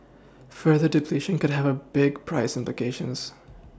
further depletion could have a big price implications